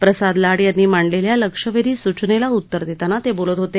प्रसाद लाड यांनी मांडलेल्या लक्षवेधी सूचनेला उत्तर देताना ते बोलत होते